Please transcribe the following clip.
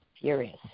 furious